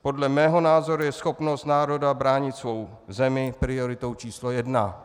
Podle mého názoru je schopnost národa bránit svou zemi prioritou číslo jedna.